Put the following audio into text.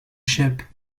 ship